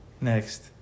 Next